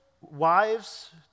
wives